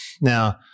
Now